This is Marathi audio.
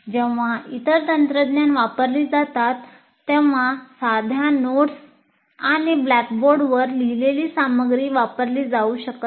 जेव्हा इतर तंत्रज्ञान वापरली जातात तेव्हा साध्या नोट्स आणि ब्लॅकबोर्डवर लिहिलेली सामग्री वापरली जाऊ शकत नाही